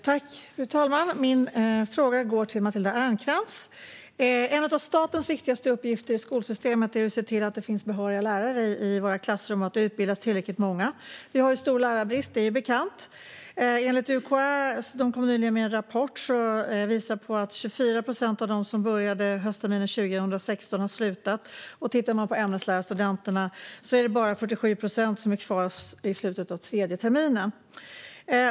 Fru talman! Min fråga går till Matilda Ernkrans. En av statens viktigaste uppgifter i skolsystemet är att se till att det finns behöriga lärare i våra klassrum och att det utbildas tillräckligt många. Vi har ju stor lärarbrist; det är bekant. UKÄ kom nyligen med en rapport som visar att 24 procent av dem som började höstterminen 2016 har slutat. Bland ämneslärarstudenterna är det bara 47 procent som är kvar vid slutet av tredje terminen.